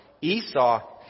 Esau